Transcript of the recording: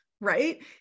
right